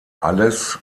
alles